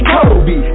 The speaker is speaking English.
Kobe